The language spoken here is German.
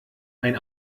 ein